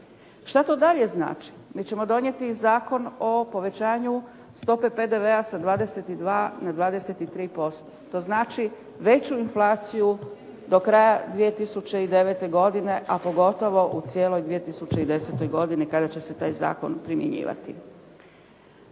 Šta to dalje znači? Mi ćemo donijeti zakon o povećanju stope PDV-a sa 22 na 23%. To znači veću inflaciju do kraja 2009. godine, a pogotovo u cijeloj 2010. godini kada će se taj zakon primjenjivati.